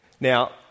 Now